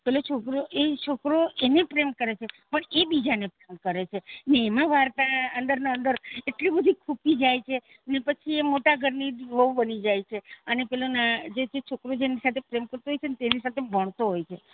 પેલો છોકરો એ છોકરો એને પ્રેમ કરે છે પણ એ બીજાને પ્રેમ કરે છે ને એમાં વાર્તા અંદર ને અંદર એટલી બધી ખૂંપી જાય છે ને પછી એ મોટા ઘરની વહુ બની જાય છે અને પેલો ન જે જે છોકરો જેની સાથે પ્રેમ કરતો હોય છે ને તેની સાથે ભણતો હોય છે